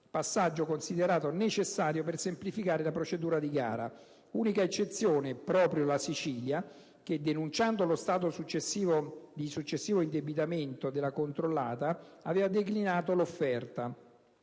passaggio considerato necessario per semplificare la procedura di gara. Unica eccezione, proprio la Sicilia, che denunciando lo stato di eccessivo indebitamento della controllata, aveva declinato l'offerta.